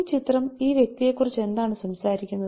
ഈ ചിത്രം ഈ വ്യക്തിയെക്കുറിച്ച് എന്താണ് സംസാരിക്കുന്നത്